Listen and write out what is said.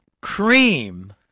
Cream